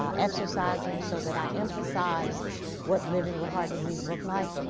um exercising so that i emphasize what living with heart disease looked like.